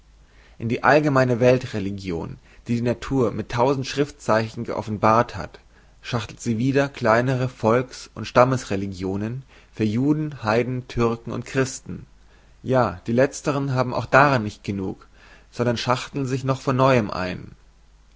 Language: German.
in die allgemeine weltreligion die die natur mit tausend schriftzeichen geoffenbart hat schachtelt sie wieder kleinere volks und stammreligionen für juden heiden türken und christen ja die leztern haben auch daran nicht genug sondern schachteln sich noch von neuem ein